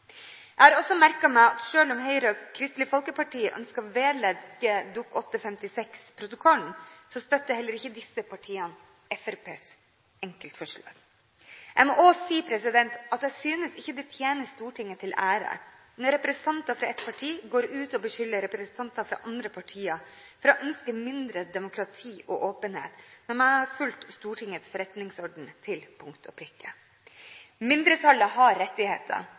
Jeg har også merket meg at selv om Høyre og Kristelig Folkeparti ønsker å vedlegge Dokument 8:56 protokollen, støtter heller ikke disse partiene Fremskrittspartiets enkeltforslag. Jeg må også si at jeg synes ikke det tjener Stortinget til ære når representanter fra et parti går ut og beskylder representanter fra andre partier for å ønske mindre demokrati og åpenhet når de har fulgt Stortingets forretningsorden til punkt og prikke. Mindretallet har rettigheter